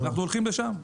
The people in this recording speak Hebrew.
אנחנו הולכים לשם.